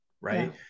right